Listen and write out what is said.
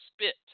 spit